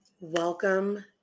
Welcome